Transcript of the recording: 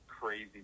crazy